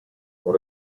con